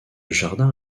jardin